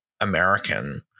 American